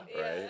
Right